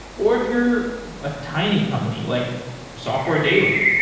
or if you're a tiny company like software daily.